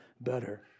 better